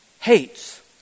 hates